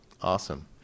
Awesome